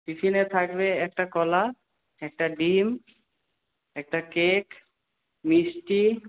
টিফিনে থাকবে একটা কলা একটা ডিম একটা কেক মিষ্টি